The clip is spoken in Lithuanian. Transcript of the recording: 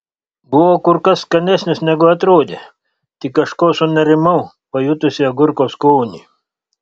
buvo kur kas skanesnis negu atrodė tik kažko sunerimau pajutusi agurko skonį